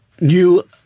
new